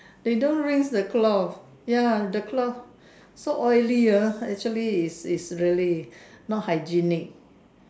they don't rinse the cloth ya the cloth so oily ah actually it's it's really not hygienic